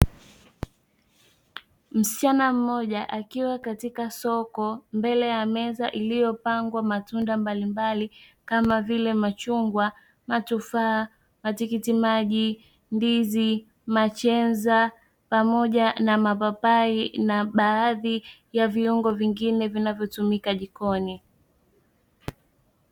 Msichana mmoja akiwa katika soko mbele ya meza iliyopangwa matunda mbalimbali kama vile machungwa, matufaa, matikiti maji, ndizi, machenza pamoja na mapapai na baadhi ya viungo vingine vinavyotumika jikoni.